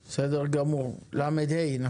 בסדר, בהקדם